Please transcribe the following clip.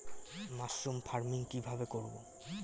Mushroom farming কি ভাবে করব?